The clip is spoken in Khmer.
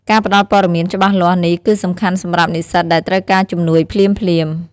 ការផ្ដល់ព័ត៌មានច្បាស់លាស់នេះគឺសំខាន់សម្រាប់និស្សិតដែលត្រូវការជំនួយភ្លាមៗ។